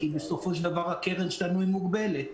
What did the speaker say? כי בסופו של דבר הקרן שלנו מוגבלת.